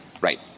Right